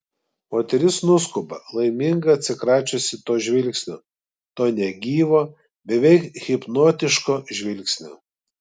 moteris nuskuba laiminga atsikračiusi to žvilgsnio to negyvo beveik hipnotiško žvilgsnio